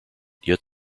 yet